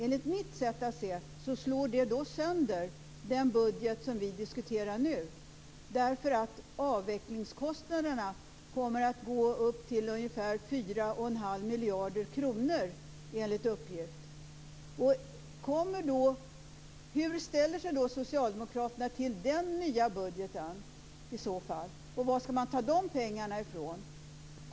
Enligt mitt sätt att se slår det sönder den budget vi nu diskuterar, eftersom avvecklingskostnaderna enligt uppgift kommer att uppgå till ungefär 4 1⁄2 miljarder kronor.